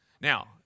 Now